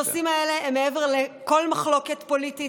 הנושאים הללו הם מעל לכל מחלוקת פוליטית,